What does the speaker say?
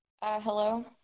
Hello